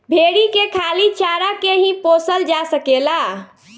भेरी के खाली चारा के ही पोसल जा सकेला